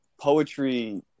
poetry